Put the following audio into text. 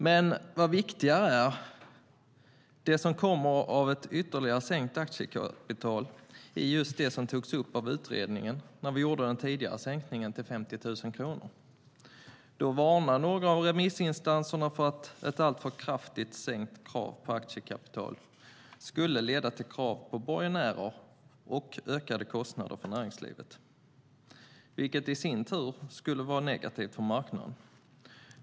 Det som är viktigare, och som kommer av ett ytterligare sänkt aktiekapital, är just det som togs upp av utredningen när den tidigare sänkningen till 50 000 kronor gjordes. Då varnade några av remissinstanserna för att en alltför kraftig sänkning av kravet på aktiekapital skulle leda till krav på borgenärer och ökade kostnader för näringslivet, vilket i sin tur skulle vara negativt för marknaden.